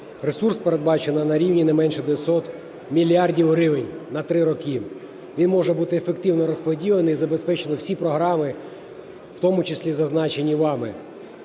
ресурс передбачено на рівні не менше 900 мільярдів гривень на три роки. Він може бути ефективно розподілений і забезпечено всі програми, в тому числі зазначені вами.